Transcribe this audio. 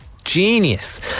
genius